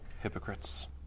hypocrites